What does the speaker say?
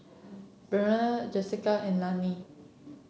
Breann Jesica and Lanny